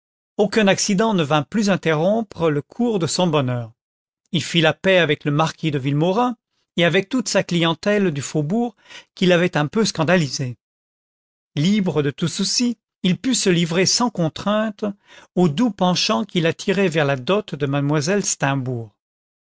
aucun accident ne vint plus interrompre le cours de son bonheur il fit la paix avec le marquis de villemaurin et avec toute sa clientèle du faubourg qu'il avait un peu scandalisée libre de tout souci il put se livrer sans contrainte au doux penchant qui l'attirait vers la dot de mademoiselle steimbourg